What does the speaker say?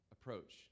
approach